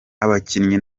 abakinnyi